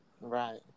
Right